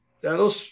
that'll